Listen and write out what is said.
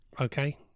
okay